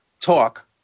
talk